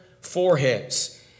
foreheads